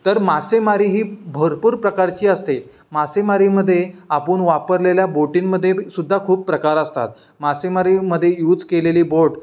तर मासेमारी ही भरपूर प्रकारची असते मासेमारीमध्ये आपण वापरलेल्या बोटींमध्ये सुद्धा खूप प्रकार असतात मासेमारीमध्ये यूज केलेली बोट